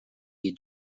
you